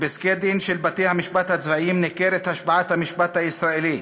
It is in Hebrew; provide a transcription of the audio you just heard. בפסקי-דין של בתי-המשפט הצבאיים ניכרת השפעת המשפט הישראלי,